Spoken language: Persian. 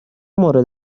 مورد